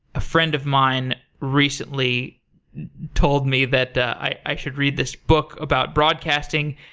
a friend of mine recently told me that i i should read this book about broadcasting,